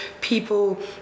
people